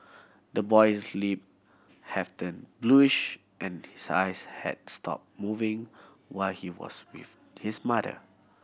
the boy's lip have turned bluish and his eyes had stopped moving while he was with his mother